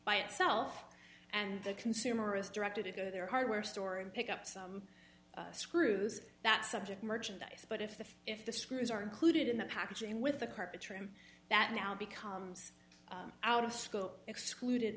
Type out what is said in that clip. by itself and the consumer is directed to go to their hardware store and pick up some screws that subject merchandise but if the if the screws are included in the packaging with the carpet trim that now becomes out of scope excluded